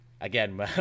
again